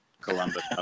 Columbus